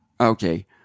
okay